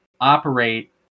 operate